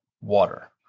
water